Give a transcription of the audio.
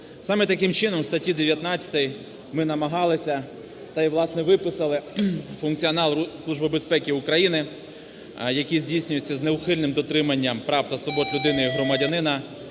Саме таким чином в статті 19 ми намагалися та й, власне, виписали функціонал Служби безпеки України, який здійснюється з неухильним дотриманням прав та свобод людини і громадянина,